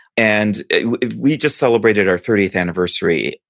and we just celebrated our thirtieth anniversary,